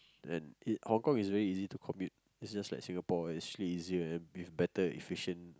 and it Hong Kong is very easy to commute is like Singapore actually with better efficient